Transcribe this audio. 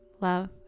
love